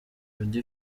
jody